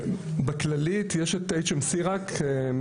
בכללית יש את HMC רק,